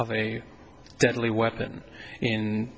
of a deadly weapon in